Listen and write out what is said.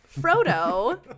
Frodo